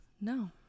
No